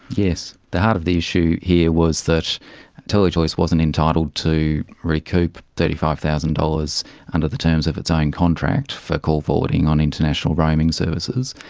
yes, the heart of the issue here was that telechoice wasn't entitled to recoup thirty five thousand dollars under the terms of its own contract for call forwarding on international roaming services.